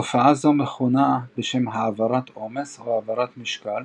תופעה זו מכונה בשם העברת עומס או העברת משקל